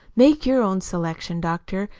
make your own selection, doctor.